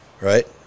right